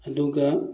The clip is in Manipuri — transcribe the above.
ꯑꯗꯨꯒ